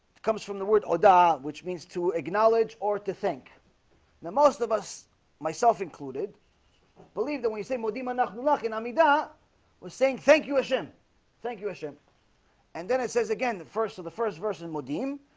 comes from the word o da, which means to acknowledge or to think now most of us myself included believe that we say mo demon ah unlocking amida was saying thank you ashen thank you ashen and then it says again the first of the first verse in modem,